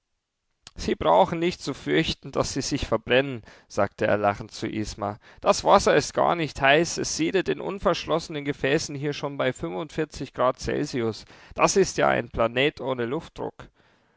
sie brauchen nicht zu fürchten daß sie sich verbrennen sagte er lachend zu isma das wasser ist gar nicht heiß es siedet in unverschlossenen gefäßen hier schon bei grad celsius das ist ja ein planet ohne luftdruck